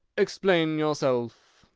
explain yourself!